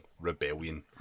rebellion